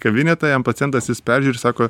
kabinetą jam pacientas jis peržiūri ir sako